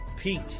Pete